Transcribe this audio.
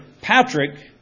Patrick